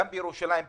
גם בירושלים,